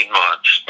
months